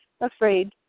afraid